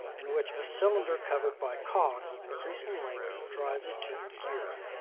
in which a cylinder covered by cogs of increasing length drives a toothed gear.